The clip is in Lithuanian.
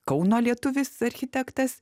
kauno lietuvis architektas